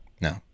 no